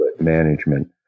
management